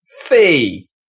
fee